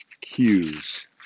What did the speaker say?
cues